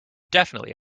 definitely